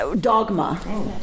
dogma